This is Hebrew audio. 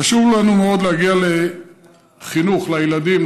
חשוב לנו מאוד להגיע לחינוך לילדים,